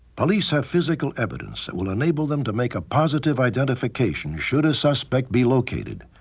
police have physical evidence that will enable them to make a positive identification should a suspect be located.